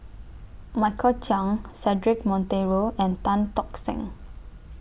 Michael Chiang Cedric Monteiro and Tan Tock Seng